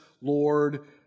Lord